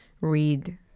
read